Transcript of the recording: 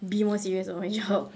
be more serious of my job